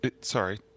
Sorry